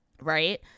Right